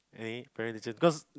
any parent teacher cause